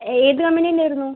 ഏത് കമ്പനീന്റെ ആയിരുന്നു